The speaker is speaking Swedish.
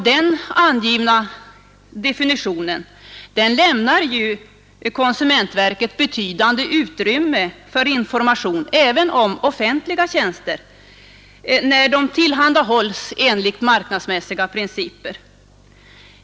Den angivna definitionen lämnar ju konsumentverket betydande utrymme för information även om offentliga tjänster när de tillhandahålls enligt marknadsmässiga principer.